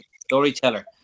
storyteller